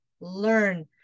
learn